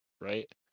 right